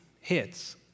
hits